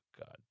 god